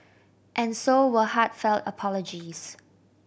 and so were heartfelt apologies